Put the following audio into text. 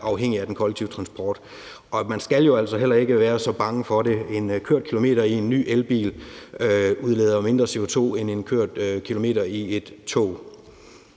afhængig af den kollektive transport. Og man skal jo altså heller ikke være så bange for det, for en kørt kilometer i en ny elbil udleder jo mindre CO2 pr. end en kørt kilometer i et tog.